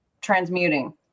transmuting